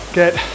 get